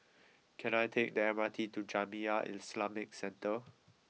can I take the M R T to Jamiyah Islamic Centre